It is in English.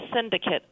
syndicate